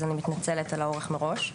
אז אני מתנצלת על אורך מראש.